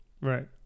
Right